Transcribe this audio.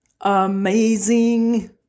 amazing